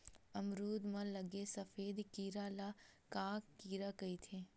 अमरूद म लगे सफेद कीरा ल का कीरा कइथे?